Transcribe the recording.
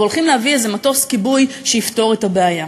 והולכים להביא איזה מטוס כיבוי שיפתור את הבעיה.